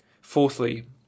fourthly